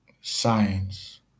science